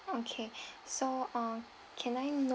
okay so uh can I know